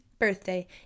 Birthday